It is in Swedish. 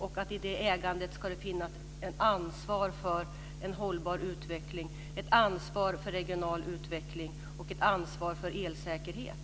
I detta ägande ska det också finnas ett ansvar för en hållbar utveckling, för en regional utveckling och för elsäkerhet.